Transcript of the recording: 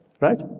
right